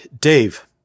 Dave